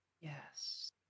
Yes